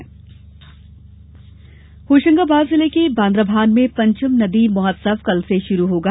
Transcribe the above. नदी महोत्सव होशंगाबाद जिले के बांद्राभान में पंचम नदी महोत्सव कल से शुरू होगा